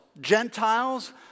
Gentiles